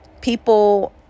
people